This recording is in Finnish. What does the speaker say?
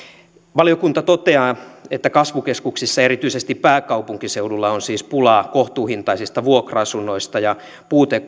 valiokunta toteaa että kasvukeskuksissa ja erityisesti pääkaupunkiseudulla on siis pulaa kohtuuhintaisista vuokra asunnoista ja puute